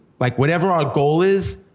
like whatever our goal is,